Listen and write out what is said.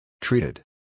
Treated